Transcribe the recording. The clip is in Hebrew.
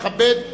מכבד,